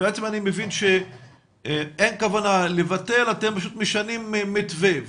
אני מבין שאין כוונה לבטל, אתם פשוט משנים מתווה.